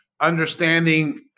Understanding